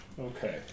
Okay